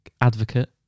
advocate